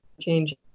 change